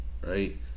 Right